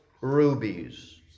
rubies